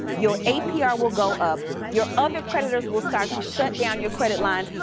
your apr will go up, your other creditors will start to shut down your credit lines.